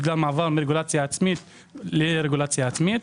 בגלל מעבר מרגולציה עצמית לרגולציה עצמית.